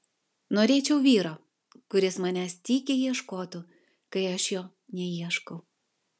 norėčiau vyro kuris manęs tykiai ieškotų kai aš jo neieškau